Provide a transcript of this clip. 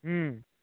হুম